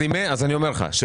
אם יש ברשימה